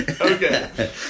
Okay